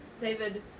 David